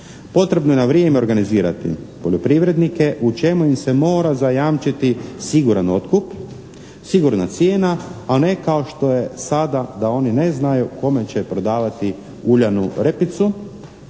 Potrebno je na vrijeme organizirati poljoprivrednike, u čemu im se mora zajamčiti siguran otkup, sigurna cijena a ne kao što je sada da oni ne znaju kome će prodavati uljanu repicu